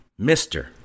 Mr